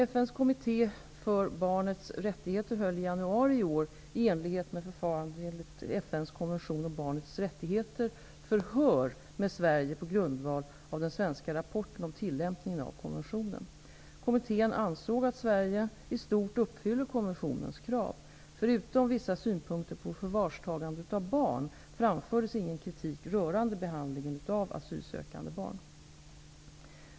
FN:s kommitté för barnets rättigheter höll i januari i år, i enlighet med förfarandet enligt FN:s konvention om barnets rättigheter, förhör med företrädare för Sverige på grundval av den svenska rapporten om tillämpningen av konventionen. Kommittén ansåg att Sverige i stort uppfyller konventionens krav. Förutom vissa synpunkter på förvarstagande av barn framfördes ingen kritik rörande behandlingen av asylsökande barn.